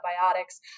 antibiotics